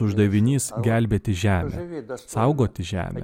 uždavinys gelbėti žemę saugoti žemę